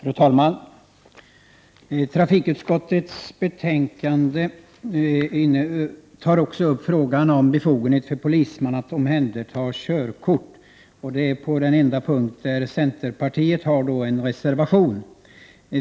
Fru talman! Trafikutskottets betänkande tar också upp frågan om befogenhet för polisman att omhänderta körkort. Det är den enda punkt där centerpartiet har en reservation.